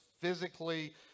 physically